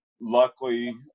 luckily